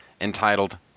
entitled